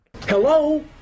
Hello